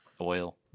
Oil